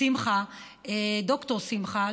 ד"ר שמחה,